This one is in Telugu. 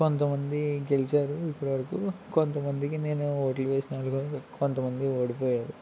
కొంతమంది గెలిచారు ఇప్పుడు వరకు కొంతమందికి నేను ఓట్లు వేసినోళ్ళు కొంతమంది ఓడిపోయారు